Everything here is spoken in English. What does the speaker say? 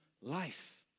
life